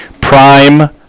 prime –